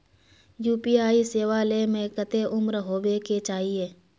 UPI सेवा ले में कते उम्र होबे के चाहिए?